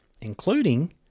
including